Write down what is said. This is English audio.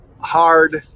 hard